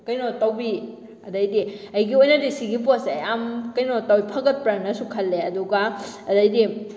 ꯀꯩꯅꯣ ꯇꯧꯕꯤ ꯑꯗꯩꯗꯤ ꯑꯩꯒꯤ ꯑꯣꯏꯅꯗꯤ ꯁꯤꯒꯤ ꯄꯣꯠꯁꯤ ꯌꯥꯝ ꯀꯩꯅꯣ ꯇꯧꯋꯤ ꯐꯒꯠꯄ꯭ꯔꯥꯅꯁꯨ ꯈꯜꯂꯦ ꯑꯗꯨꯒ ꯑꯗꯩꯗꯤ